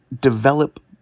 develop